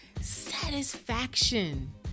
satisfaction